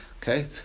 Okay